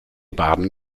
baden